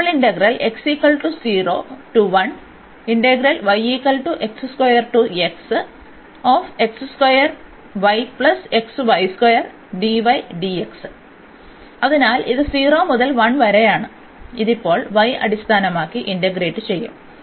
അതിനാൽ ഇത് 0 മുതൽ 1 വരെയാണ് ഇത് ഇപ്പോൾ y അടിസ്ഥാനമാക്കി ഇന്റഗ്രേറ്റ് ചെയ്യും